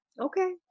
Okay